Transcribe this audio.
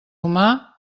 humà